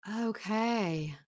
Okay